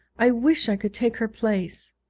i wish i could take her place